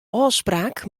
ôfspraak